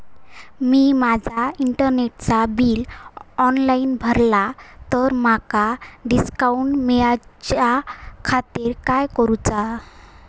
मी माजा इंटरनेटचा bill online भरला तर माका डिस्काउंट मिलाच्या खातीर काय करुचा?